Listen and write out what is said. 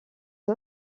des